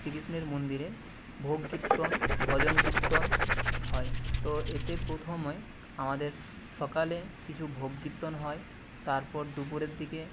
শ্রীকৃষ্ণের মন্দিরের ভোগ কীর্তন ভজন কীর্তন হয় তো এতে প্রথমে আমাদের সকালে কিছু ভোগ কীর্তন হয় তারপর দুপুরের দিকে